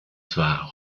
zwar